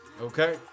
Okay